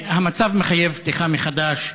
המצב מחייב פתיחה מחדש,